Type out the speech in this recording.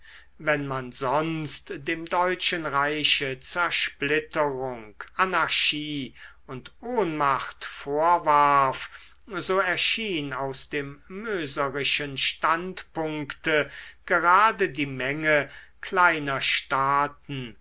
wenn man sonst dem deutschen reiche zersplitterung anarchie und ohnmacht vorwarf so erschien aus dem möserischen standpunkte gerade die menge kleiner staaten